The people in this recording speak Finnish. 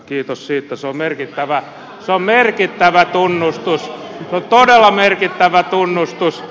kiitos siitä se on merkittävä tunnustus se on todella merkittävä tunnustus